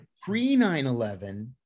Pre-9-11